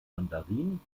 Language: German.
mandarinen